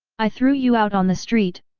i threw you out on the street,